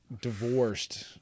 divorced